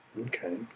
Okay